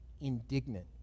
indignant